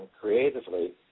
creatively